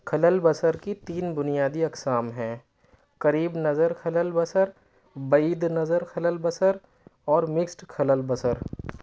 خللِ بصر کی تین بنیادی اقسام ہیں قریب نظر خللِ بصر بعید نظر خللِ بصر اور مکسڈ خللِ بصر